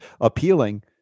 appealing